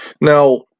Now